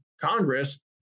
Congress